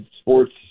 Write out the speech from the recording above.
sports